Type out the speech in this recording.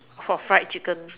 for fried chicken